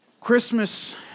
Christmas